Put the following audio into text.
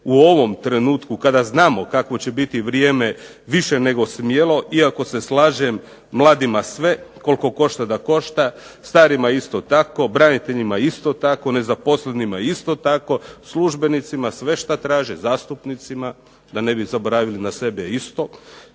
u ovom trenutku kada znamo kakvo će biti vrijeme više nego smjelo, iako se slažem mladima sve koliko košta da košta. Starima isto tako, braniteljima isto tako, nezaposlenima isto tako, službenicima sve šta traže, zastupnicima. Da ne bi zaboravili na sebe isto,